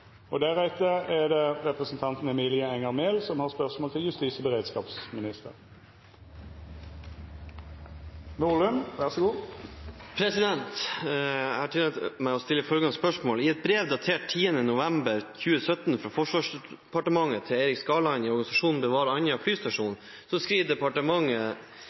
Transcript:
og legge et grunnlag for videre mediestøtte. Jeg tillater meg å stille følgende spørsmål: «I et brev datert 10. november 2017 fra Forsvarsdepartementet til Eirik Skarland i organisasjonen Bevar Andøya Flystasjon skriver departementet